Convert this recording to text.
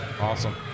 Awesome